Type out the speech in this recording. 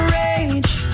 rage